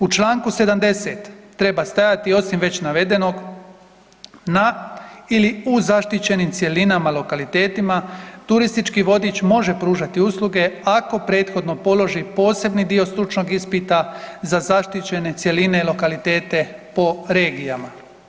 U Članku 70. treba stajati osim već navedenog na ili u zaštićenim cjelinama lokalitetima turistički vodič može pružati usluge ako prethodno položi posebni dio stručnog ispita za zaštićene cjeline i lokalitete po regijama.